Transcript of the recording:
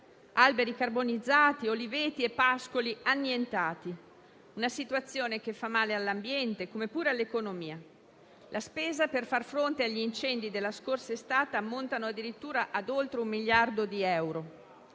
alberi carbonizzati e oliveti e pascoli annientati. Tale situazione fa male all'ambiente, come pure all'economia. La spesa per far fronte agli incendi dell'estate scorsa ammonta addirittura a oltre un miliardo di euro